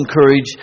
encourage